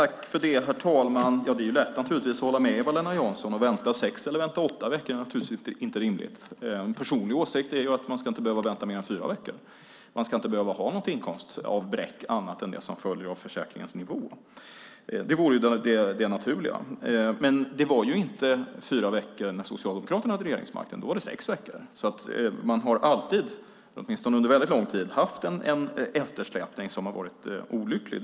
Herr talman! Det är lätt att hålla med Eva-Lena Jansson om att det naturligtvis inte är rimligt att behöva vänta i sex eller åtta veckor. Min personliga åsikt är att man inte ska behöva vänta mer än fyra veckor. Man ska inte behöva ha något inkomstavbräck annat än det som följer av försäkringens nivå. Det vore det naturliga. Det var inte fyra veckor när Socialdemokraterna hade regeringsmakten, då var det sex veckor. Man har alltid, åtminstone under en väldigt lång tid, haft en eftersläpning som har varit olycklig.